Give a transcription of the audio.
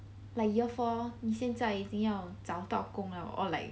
like year four 你现在已经要找到工 liao or like